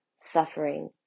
suffering